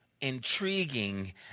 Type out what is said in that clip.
intriguing